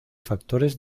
factores